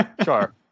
Sure